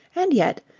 and yet,